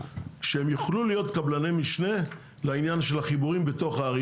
שהם יוכלו להיות קבלני משנה לעניין של החיבורים בתוך הערים.